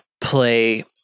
play